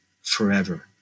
forever